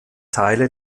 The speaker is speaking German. teile